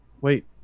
wait